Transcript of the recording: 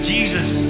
Jesus